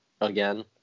again